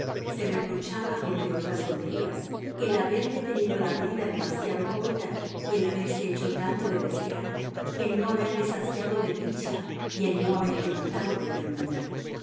se reprochaba entre otras tonterías el haberle tenido la brida demasiado corta y el haberse hecho tanto de desear el no haberle saciado de dicha y el no haberle matado de ternura